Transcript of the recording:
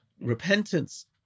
repentance